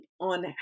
on